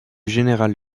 général